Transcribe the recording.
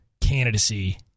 candidacy